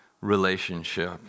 relationship